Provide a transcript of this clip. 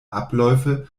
abläufe